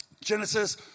Genesis